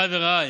אחיי ורעיי,